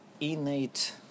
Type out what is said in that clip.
innate